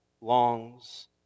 longs